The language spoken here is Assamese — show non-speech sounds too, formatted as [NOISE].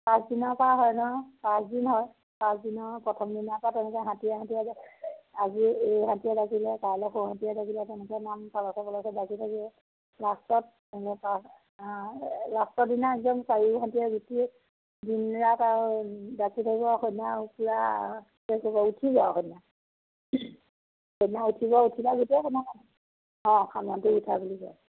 পাঁচ দিনাৰপৰা হয় নহয় পাঁচ দিন হয় পাঁচ দিনৰ প্ৰথম দিনাৰপৰা তেনেকে হাতীয়ে হাতীয়ে আজি এই হাতীয়ে ডাকিলে কাইলৈ সৰু হাতীয়ে ডাকিলে তেনেকৈ নাম পালকে পালকে ডাকি থাকিব লাষ্টত [UNINTELLIGIBLE] লাষ্টৰ দিনা একদম চাৰিও হাতীয়ে [UNINTELLIGIBLE] দিন ৰাত আৰু ডাকি থাকিব সেইদিনা আৰু পুৰা শেষ হ'ব উঠিবও আৰু সেইদিনা সেইদিনা উঠিব উঠি পেলাই যেতিয়াই সময় হয় অঁ [UNINTELLIGIBLE] ধৰি উঠা বুলি কয়